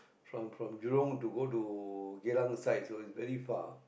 from from jurong to go to Geylang side so it's very far